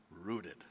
rooted